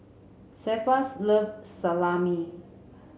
Cephus loves Salami